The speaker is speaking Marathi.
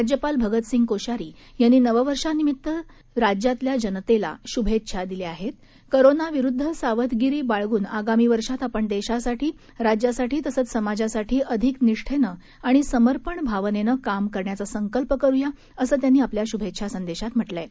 राज्यपालभगतसिंहकोश्यारीयांनीनववर्षानिमित्तसराज्यातल्याजनतेलाशुभेच्छादिल्याकरोनाविरुद्धसावधगिरीबाळगूनआगामीवर्षां तआपणदेशासाठी राज्यासाठीतसंचसमाजासाठीअधिकनिष्ठेनंआणिसमर्पणभावनेनंकामकरण्याचासंकल्पकरूया असंत्यांनीआपल्याशुभेच्छासंदेशातम्हटलंआहे